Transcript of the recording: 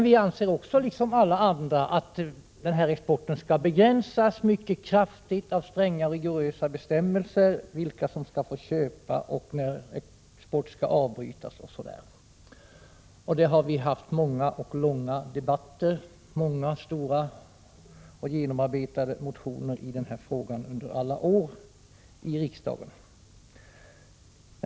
Vi anser också liksom alla andra att exporten skall begränsas mycket kraftigt av stränga och rigorösa bestämmelser om vilka som skall få köpa och när exporten skall avbrytas osv. Det har vi haft många och långa debatter om och avgett många och genomarbetade motioner om under alla år här i riksdagen.